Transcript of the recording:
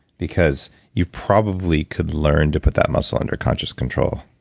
because you probably could learn to put that muscle under conscious control.